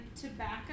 tobacco